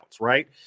Right